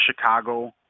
Chicago